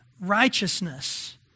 righteousness